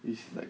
he's like